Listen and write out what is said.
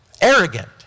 Arrogant